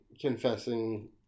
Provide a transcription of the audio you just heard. confessing